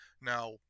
now